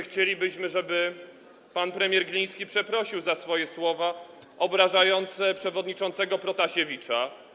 Chcielibyśmy, żeby w tej przerwie pan premier Gliński przeprosił za swoje słowa obrażające przewodniczącego Protasiewicza.